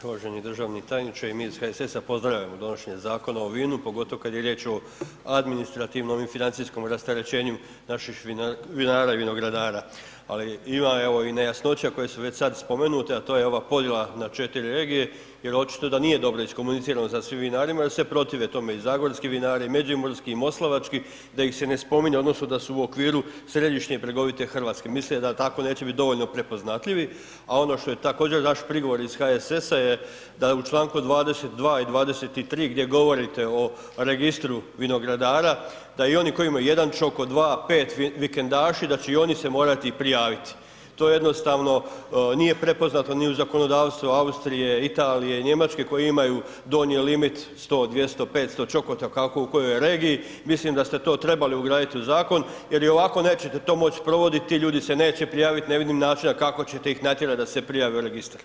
Uvaženi državni tajniče, i mi iz HSS-a pozdravljamo donošenje Zakona o vinu, pogotovo kad je riječ o administrativnom i financijskom rasterećenju naših vinara i vinograda ali ima evo i nejasnoća koje su već sad spomenute a to je ova podjela na 4 regije jer očito da nije dobro iskomunicirano sa svim vinarima jer se protive tome, i zagorski vinari i međimurski i moslavački, da ih ne se spominje odnosno da su u okviru središnje bregovite Hrvatske, misle da tako neće biti dovoljno prepoznatljivi a ono što je također naš prigovor iz HSS-a je da u članku 22. i 23. gdje govorite o registru vinogradara, da i oni koji imaju jedan čokot, dva, 5, vikendaši, da će i oni se morati prijaviti, to jednostavno nije prepoznato ni u zakonodavstvu Austrije, Italije, Njemačke koje imaju donji limit 100, 200, 500 čokota kako u kojoj regiji, mislim da ste to trebali ugraditi u zakon jer ovako nećete to moći sprovoditi, ti ljudi se neće prijaviti, ne vidim načina kako ćete ih natjerati da se prijave u registar.